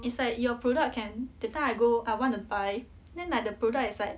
it's like your product can that time I go I want to buy then like the product is like